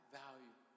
value